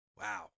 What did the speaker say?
Wow